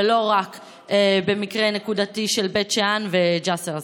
ולא רק במקרה נקודתי של בית שאן וג'יסר א-זרקא.